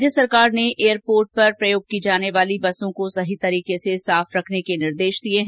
राज्य सरकार ने एयरपोर्ट पर प्रयोग की जाने वाली बसों को सही तरीके से साफ रखने के निर्देश दिए हैं